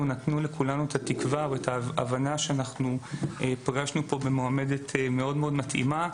לכולנו את התקווה ואת ההבנה שאנחנו פגשנו פה במועמדת מאוד מאוד מתאימה.